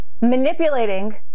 manipulating